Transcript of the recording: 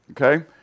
Okay